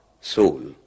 soul